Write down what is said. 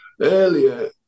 earlier